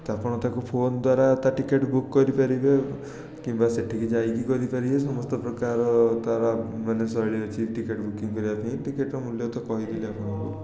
ତ ଆପଣ ତାକୁ ଫୋନ୍ ଦ୍ୱାରା ତା' ଟିକେଟ୍ ବୁକ୍ କରିପାରିବେ କିମ୍ବା ସେଠିକି ଯାଇକି କରିପାରିବେ ସମସ୍ତପ୍ରକାର ତା'ର ମାନେ ଶୈଳୀ ଅଛି ଟିକେଟ୍ ବୁକିଙ୍ଗ୍ କରିବାପାଇଁ ଟିକେଟର ମୂଲ୍ୟ ତ କହିଦେଲି ଆପଣଙ୍କୁ